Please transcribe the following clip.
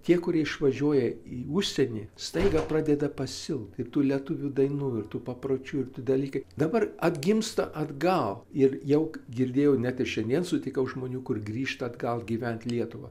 tie kurie išvažiuoja į užsienį staiga pradeda pasiilgt ir tų lietuvių dainų ir tų papročių ir tų dalykai dabar atgimsta atgal ir jau girdėjau net ir šiandien sutikau žmonių kur grįžta atgal gyvent lietuvą